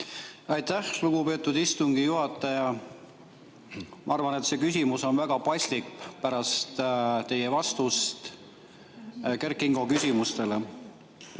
Aitäh, lugupeetud istungi juhataja! Ma arvan, et see küsimus on väga paslik pärast teie vastust Kert Kingo küsimustele.